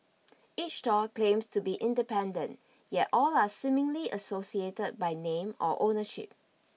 each stall claims to be independent yet all are seemingly associated by name or ownership